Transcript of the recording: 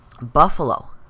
Buffalo